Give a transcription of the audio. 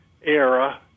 era